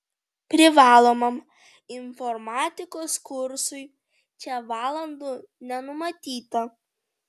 privalomam informatikos kursui čia valandų nenumatyta